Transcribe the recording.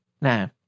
Now